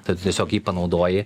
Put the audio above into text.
tai tu tiesiog jį panaudoji